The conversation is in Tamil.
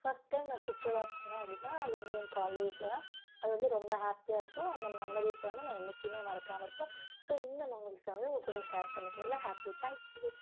ஃபஸ்ட் டைம் நான் சுற்றுலா போனேன் அப்படின்னா அது வந்து என் காலேஜில தான் அது வந்து ரொம்ப ஹேப்பியாக இருக்கும் அந்த மெமரீஸ் வந்து நான் என்றைக்குமே மறக்காமல் இருப்பேன் ஸோ இந்த மெமரிஸை வந்து உங்ககூட ஷேர் பண்ணிக்கிறதில் ஹேப்பி தேங்க்யூ